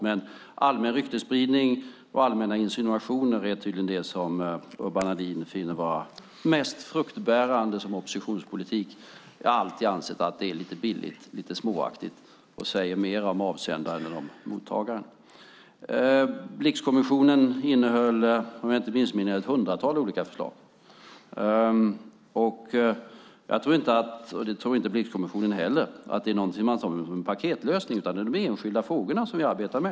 Men allmän ryktesspridning och allmänna insinuationer är tydligen det som Urban Ahlin finner vara mest fruktbärande som oppositionspolitiker. Jag har alltid ansett att det är lite billigt och småaktigt och säger mer om avsändaren än om mottagaren. Blixkommissionen lade fram, om jag inte missminner mig, ett hundratal olika förslag. Jag tror inte, och det tror inte Blixkommissionen heller, att det är något man antar som en paketlösning. Det är de enskilda frågorna som vi arbetar med.